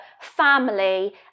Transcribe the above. family